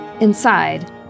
Inside